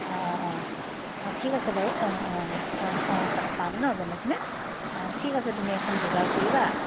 অঁ অঁ অঁ অঁ ঠিক আছে বাৰু অঁ অঁ অঁ অঁ পাম ন যেনে তেনে অঁ ঠিক আছে তুমি এখন যোগাৰ কৰিবা